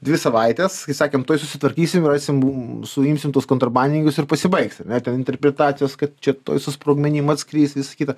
dvi savaites kai sakėm tuoj susitvarkysim rasim suimsim tuos kontrabandininkus ir pasibaigs ar ne ten interpretacijos kad čia tuoj su sprogmenim atskris visa kita